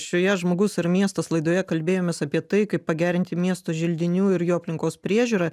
šioje žmogus ir miestas laidoje kalbėjomės apie tai kaip pagerinti miesto želdinių ir jo aplinkos priežiūrą